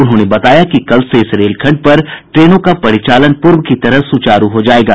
उन्होंने बताया कि कल से इस रेल खंड पर ट्रेनों का परिचालन प्रर्व की तरह सुचारू हो जायेगा